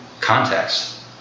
Context